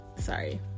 sorry